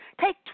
take